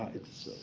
it's